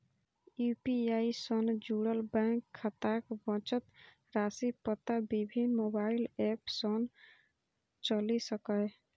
UPI सं जुड़ल bank खाताक बचत राशिक पता विभिन्न मोबाइल एप सं चलि सकैए